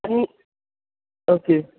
आनी ओके